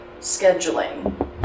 scheduling